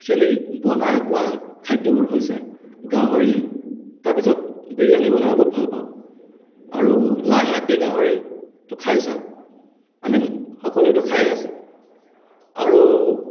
actually বনাই পোৱা খাদ্যবোৰ হৈছে গাহৰি তাৰপিছত বিৰিয়ানি বনাইও বহুত ভাল পাওঁ আৰু লাই শাক দি গাহৰিটো খাইছা আমি সকলোটো খাইয়েই আছোঁ আৰু